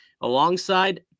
alongside